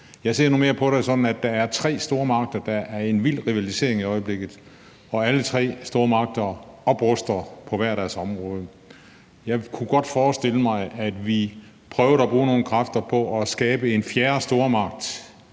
Jeg ser nu mere sådan på det, at der er tre stormagter, der er i en vild rivalisering i øjeblikket, og alle tre stormagter opruster på hver deres område. Jeg kunne godt forestille mig, at vi prøvede at bruge nogle kræfter på at skabe en fjerde stormagt